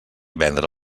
vendre